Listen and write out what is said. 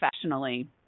professionally